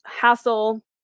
hassle